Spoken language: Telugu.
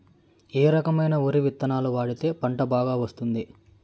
ఏ రకమైన వరి విత్తనాలు వాడితే పంట బాగా వస్తుంది?